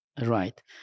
right